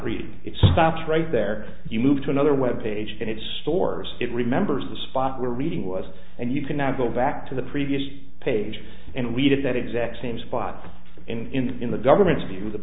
read it stops right there you move to another web page and it stores it remembers the spot where reading was and you can now go back to the previous page and read at that exact same spot in in the government's view of the